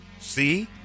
see